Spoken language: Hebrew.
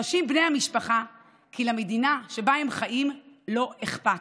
חשים בני המשפחה כי למדינה שבה הם חיים לא אכפת,